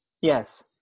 Yes